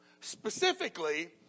specifically